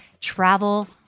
travel